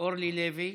אורלי לוי.